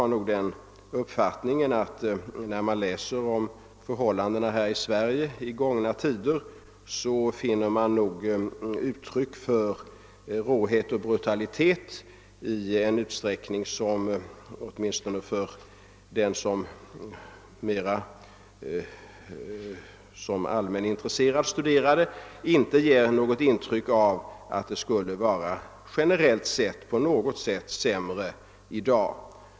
För min egen del har jag fått den uppfattningen, när jag läst om förhållandena här i Sverige i gångna tider, att uttrycken för råhet och brutalitet var sådana, att åtminstone den som mera allmänintresserat studerar saken inte kan säga att det generellt sett skulle vara sämre ställt i dag.